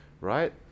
right